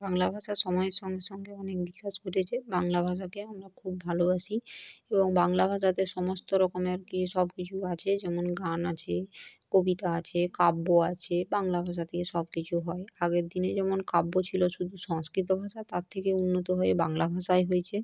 বাংলা ভাষা সময়ের সঙ্গে সঙ্গে অনেক বিকাশ ঘটেছে বাংলা ভাষাকে আমরা খুব ভালোবাসি এবং বাংলা ভাষাতে সমস্ত রকমের কী সব কিছু আছে যেমন গান আছে কবিতা আছে কাব্য আছে বাংলা ভাষা দিয়ে সব কিছু হয় আগের দিনে যেমন কাব্য ছিলো শুধু সংস্কৃত ভাষা তার থেকে উন্নত হয়ে বাংলা ভাষায় হয়েছে